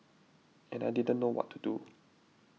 and I didn't know what to do